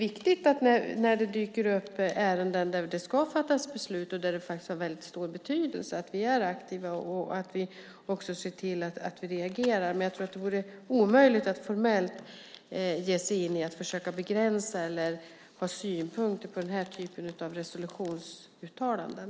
När det dyker upp ärenden där det ska fattas beslut och som har väldigt stor betydelse är det viktigt att vi är aktiva och ser till att vi reagerar. Men jag tror att det vore omöjligt att formellt ge sig in på att försöka begränsa eller ha synpunkter på den här typen av resolutionsuttalanden.